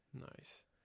Nice